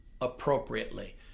appropriately